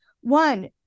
One